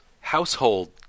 household